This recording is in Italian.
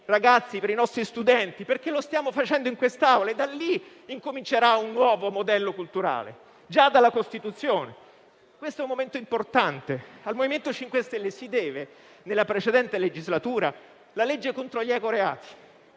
ragazzi e i nostri studenti, perché lo stiamo facendo in quest'Aula. Da lì comincerà un nuovo modello culturale, già dalla Costituzione: questo è un momento importante. Al MoVimento 5 Stelle si deve, nella precedente legislatura, la legge contro gli eco-reati,